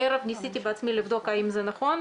בערב ניסיתי בעצמי לבדוק האם זה נכון,